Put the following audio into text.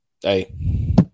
Hey